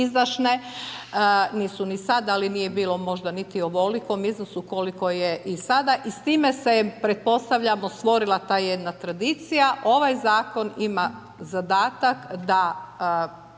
nisu ni sada, ali nije bilo možda niti u ovolikom iznosu koliko je i sada i s time se pretpostavljamo stvorila ta jedna tradicija. Ovaj zakon ima zadatak, da